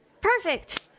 Perfect